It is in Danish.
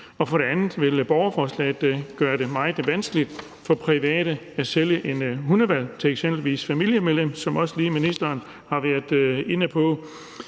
For det andet vil borgerforslaget gøre det meget vanskeligt for private at sælge en hund til eksempelvis et familiemedlem, som ministeren også lige har været inde på,